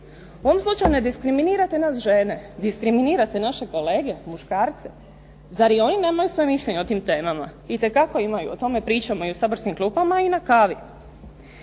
U ovom slučaju ne diskriminirate nas žene, diskriminirate naše kolege, muškarce. Zar i oni nemaju svoje mišljenje o tim temama? Itekako imaju, o tome pričamo i u saborskim klupama i na kavi.